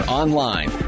online